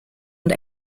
und